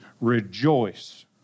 rejoice